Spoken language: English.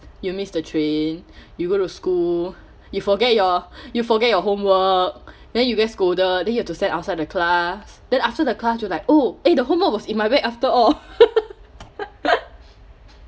you miss the train you go to school you forget your you forget your homework then you get scolded then you have to stand outside the class then after the class you're like oh eh the homework was in my back after all